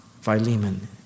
Philemon